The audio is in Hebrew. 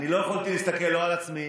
לא יכולתי להסתכל לא על עצמי